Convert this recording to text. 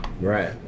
right